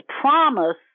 promise